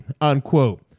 unquote